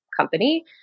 company